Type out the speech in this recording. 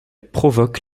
provoque